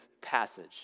passage